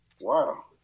Wow